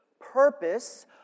purpose